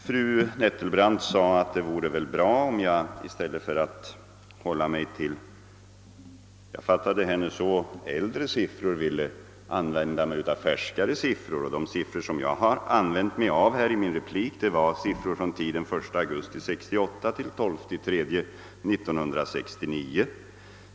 Fru Nettelbrandt sade att jag, om jag fattade henne rätt, borde hålla mig till färskare siffror. De siffror jag använt mig av i min replik avsåg tiden 1 augusti 1968—12 mars 1969.